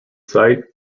site